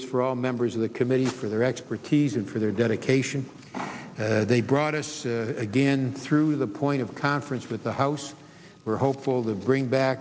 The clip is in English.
this for all members of the committee for their expertise and for their dedication they brought us again through the point of conference with the house we're hopeful they'll bring back